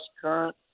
current